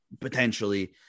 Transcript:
potentially